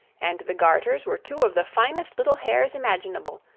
and the garters were two of the finest little hairs imaginable,